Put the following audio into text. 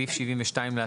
הקמת הרשאה, סעיף 33. כן.